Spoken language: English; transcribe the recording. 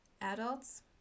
Adults